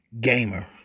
Gamer